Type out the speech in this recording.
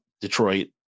Detroit